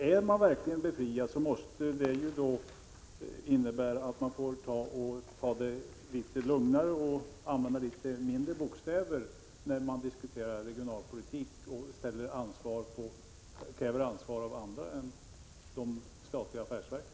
Är posten verkligen befriad, måste det ju innebära att man får ta det litet lugnare och använda lite mindre bokstäver, när man diskuterar regionalpolitik och kräver ansvar av andra än de statliga affärsverken.